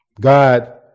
God